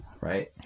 right